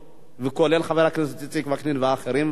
וכולל חבר הכנסת איציק וקנין ואחרים וגם אני.